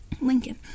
Lincoln